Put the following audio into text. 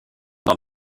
dans